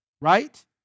right